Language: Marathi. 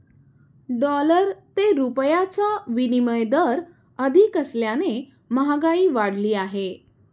डॉलर ते रुपयाचा विनिमय दर अधिक असल्याने महागाई वाढली आहे